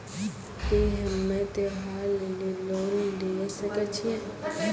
की हम्मय त्योहार लेली लोन लिये सकय छियै?